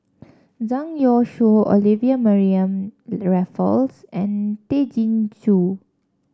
Zhang Youshuo Olivia Mariamne Raffles and Tay Chin Joo